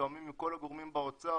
מתואמים עם כל הגורמים באוצר,